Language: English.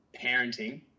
parenting